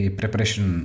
preparation